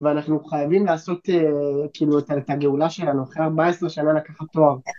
ואנחנו חייבים לעשות כאילו את הגאולה שלנו אחרי 14 שנה לקחת תואר.